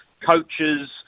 coaches